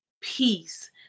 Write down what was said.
Peace